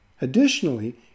Additionally